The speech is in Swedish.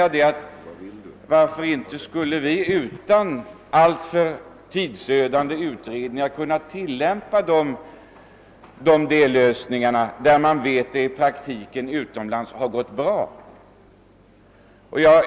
Varför skulle inte vi också utan alltför tidsödande utredningar kunna tillämpa dessa dellösningar, när vi vet att de i praktiken har fungerat bra utomlands?